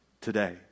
today